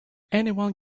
anyone